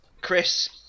chris